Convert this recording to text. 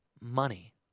money